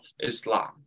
Islam